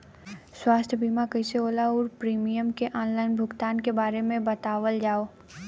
स्वास्थ्य बीमा कइसे होला और प्रीमियम के आनलाइन भुगतान के बारे में बतावल जाव?